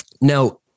Now